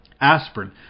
Aspirin